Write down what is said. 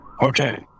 Okay